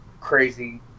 crazy